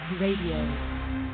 Radio